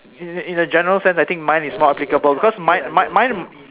in in a general sense I think mine is more applicable cause mine mine mine